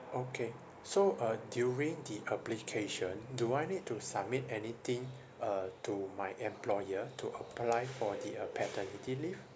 okay so uh during the application do I need to submit anything uh to my employer to apply for the uh paternity leave